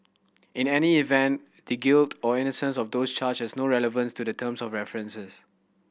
in any event the guilt or innocence of those charges no relevance to the terms of references